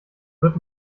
wird